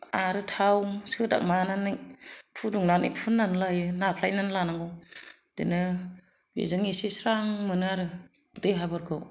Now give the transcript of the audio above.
आरो थाव सोदां माबानानै फुदुंनानै फुननानै लायो नारख्लायनानै लानांगौ बिदिनो बेजों इसे स्रां मोनो आरो देहाफोरखौ